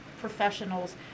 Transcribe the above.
professionals